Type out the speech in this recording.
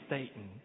Satan